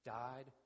died